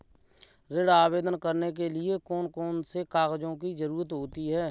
ऋण आवेदन करने के लिए कौन कौन से कागजों की जरूरत होती है?